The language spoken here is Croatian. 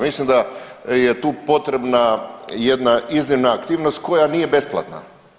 Mislim da je tu potrebna jedna iznimna aktivnost koja nije besplatna.